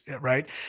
right